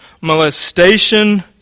molestation